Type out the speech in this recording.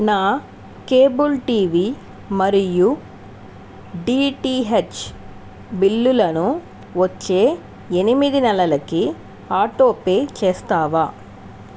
నా cable TV మరియు DTH బిల్లులను వచ్చే ఎనిమిది నెలలకి ఆటోపేకేస్తావా